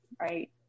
right